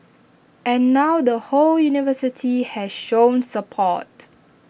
and now the whole university has shown support